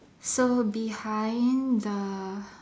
so behind the